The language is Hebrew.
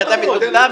מה, בן אדם מטומטם?